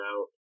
out